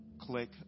click